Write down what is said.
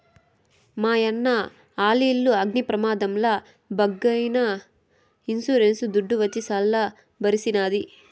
మాయన్న ఆలిల్లు అగ్ని ప్రమాదంల బుగ్గైనా ఇన్సూరెన్స్ దుడ్డు వచ్చి సల్ల బరిసినాది